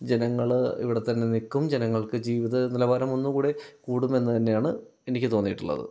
ജനങ്ങൾ ഇവിടെ തന്നെ നിൽക്കും ജനങ്ങൾക്ക് ജീവിത നിലവാരം ഒന്നും കൂടെ കൂടും എന്ന് തന്നെയാണ് എനിക്ക് തോന്നിയിട്ടുള്ളത്